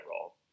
role